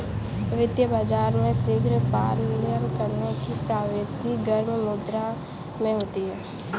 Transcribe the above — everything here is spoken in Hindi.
वित्तीय बाजार में शीघ्र पलायन करने की प्रवृत्ति गर्म मुद्रा में होती है